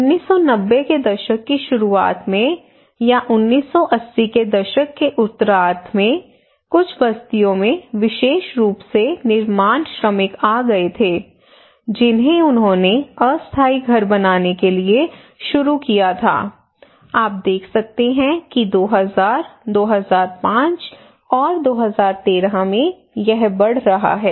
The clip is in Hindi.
1990 के दशक की शुरुआत में या 1980 के दशक के उत्तरार्ध में कुछ बस्तियों में विशेष रूप से निर्माण श्रमिक आ गए थे जिन्हें उन्होंने अस्थायी घर बनाने के लिए शुरू किया था आप देख सकते हैं कि 2000 2005 और 2013 में यह बढ़ रहा है